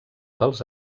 dels